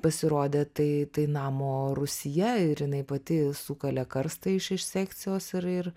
pasirodė tai tai namo rūsyje ir jinai pati sukalė karstą iš iš sekcijos ir ir